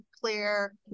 clear